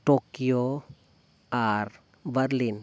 Tokyo ᱟᱨ Berlin